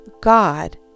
God